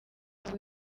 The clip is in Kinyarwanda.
ubu